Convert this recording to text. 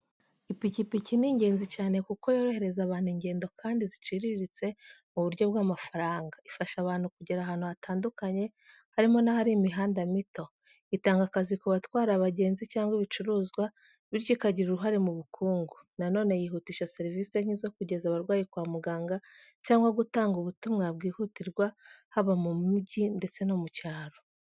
Ipikipiki ni ingenzi cyane kuko yorohereza abantu ingendo kandi ziciriritse mu buryo bw’amafaranga. Ifasha abantu kugera ahantu hatandukanye, harimo n’ahari imihanda mito. Itanga akazi ku batwara abagenzi cyangwa ibicuruzwa, bityo ikagira uruhare mu bukungu. Na none yihutisha serivisi nk’izo kugeza abarwayi kwa muganga cyangwa gutanga ubutumwa bwihutirwa haba mu mujyi ndetse no mu cyaro.